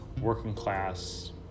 working-class